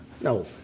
No